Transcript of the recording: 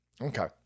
Okay